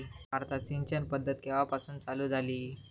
भारतात सिंचन पद्धत केवापासून चालू झाली?